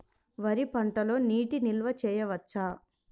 వరి పంటలో నీటి నిల్వ చేయవచ్చా?